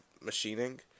machining